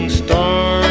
star